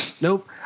nope